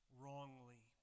wrongly